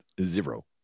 Zero